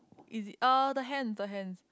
is it orh the hand the hands